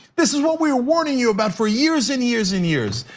this is what we were warning you about for years and years and years.